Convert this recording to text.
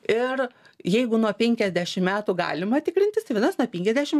ir jeigu nuo penkiasdešim metų galima tikrintis tai vadinas nuo penkiasdešim